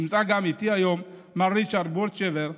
נמצא איתי היום גם מר ריצ'רד בורטשצ'יבר,